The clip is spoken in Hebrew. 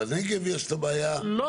בנגב יש את הבעיה המסוימת של הנגב.